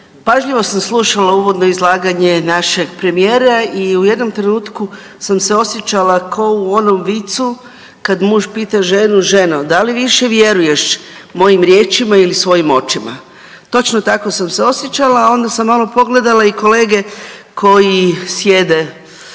Pažljivo sam slušala uvodno izlaganje našeg premijera i u jednom trenutku sam se osjećala kao u onom vicu kad muž pita ženu, ženo, da li više vjeruješ mojim riječima ili svojim očima, točno tako sam se osjećala, a onda sam malo pogledala i kolege koji sjede s desne